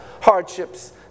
hardships